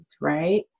right